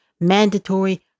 mandatory